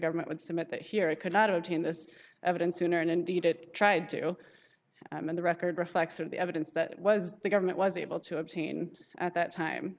government would submit that here it could not obtain this evidence sooner and indeed it tried to and the record reflects and the evidence that was the government was able to obtain at that time